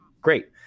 great